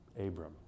Abram